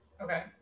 Okay